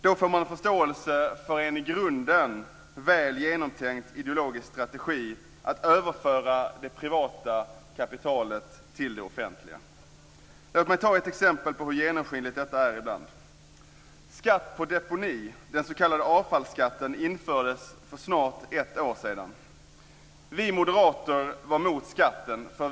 Då får man en förståelse för en i grunden väl genomtänkt ideologisk strategi, nämligen att överföra det privata kapitalet till det offentliga. Låt mig ta ett exempel på hur genomskinligt detta är ibland. Skatt på deponi, den s.k. avfallskatten, infördes för snart ett år sedan. Vi moderater var mot skatten.